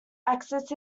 axis